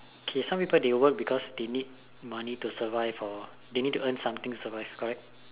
okay some people they work because they need money to survive or they need to earn something to survive correct